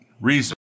reason